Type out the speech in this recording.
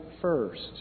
First